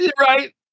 right